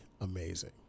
amazing